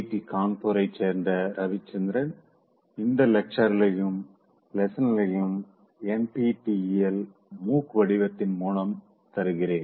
D கான்பூரைச் சேர்ந்த ரவிச்சந்திரன் இந்த லெக்சரையும் லெசனையும் NPTEL MOOC வடிவத்தின் மூலம் தருகிறேன்